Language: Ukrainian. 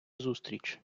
зустріч